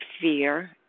fear